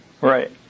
Right